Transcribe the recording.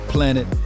Planet